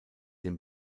dem